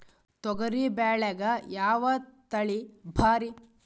ತೊಗರಿ ಬ್ಯಾಳ್ಯಾಗ ಯಾವ ತಳಿ ಭಾರಿ?